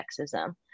sexism